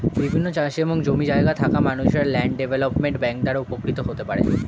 বিভিন্ন চাষি এবং জমি জায়গা থাকা মানুষরা ল্যান্ড ডেভেলপমেন্ট ব্যাংক দ্বারা উপকৃত হতে পারেন